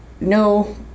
no